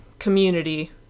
community